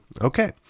Okay